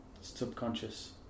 subconscious